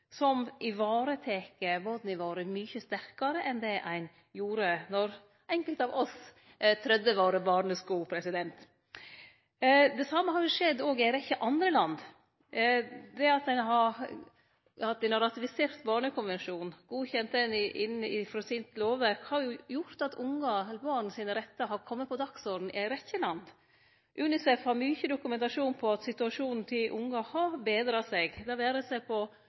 som varetek barna våre mykje sterkare enn det den gjorde då enkelte av oss trådde våre barnesko. Det same har skjedd òg i ei rekkje andre land. Det at ein har ratifisert Barnekonvensjonen og godkjent den i lovverket sitt, har gjort at barn sine rettar har kome på dagsordenen i ei rekkje land. UNICEF har mykje dokumentasjon på at situasjonen til barn har betra seg, det vere seg talet på